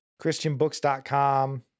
christianbooks.com